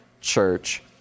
church